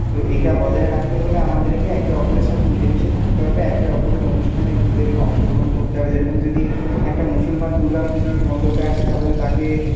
তো এইটা বজায় রাখতে হলে আমাদেরকে একে অপরের সাথে মিলেমিশে থাকতে হবে একে অপরের অনুষ্ঠানে নিজেদেরকে অংশগ্রহণ করতে হবে যেরকম যদি একটা মুসলমান দুর্গাপুজোর মণ্ডপে আসে তাহলে তাকে